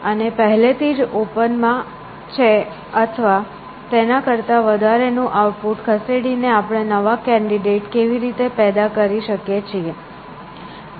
અને પહેલેથી જ ઓપન અથવા માં છે તેના કરતા વધારેનું આઉટપુટ ખસેડીને આપણે નવા કેન્ડિડેટ કેવી રીતે પેદા કરી શકીએ છીએ